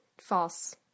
false